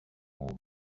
all